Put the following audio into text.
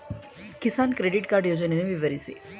Kisan credit card ಯೋಜನೆಯನ್ನು ವಿವರಿಸಿ?